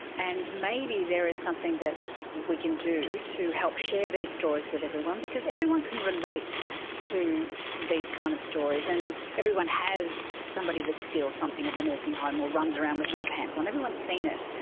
and maybe there is something that we can do to help share these stories with everyone because everyone can relate to these kind of stories, and everyone has somebody that steals something at the nursing home or runs around with no pants on, everyone has seen it.